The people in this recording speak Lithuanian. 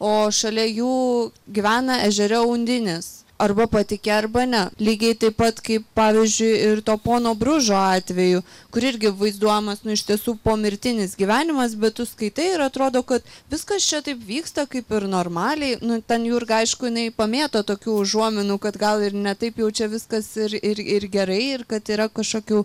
o šalia jų gyvena ežere undinės arba patiki arba ne lygiai taip pat kaip pavyzdžiui ir to pono bružo atveju kuri irgi vaizduojamas nu iš tiesų pomirtinis gyvenimas bet tu skaitai ir atrodo kad viskas čia taip vyksta kaip ir normaliai nu ten jurga aišku inai pamėto tokių užuominų kad gal ir ne taip jau čia viskas ir ir ir gerai ir kad yra kažkokių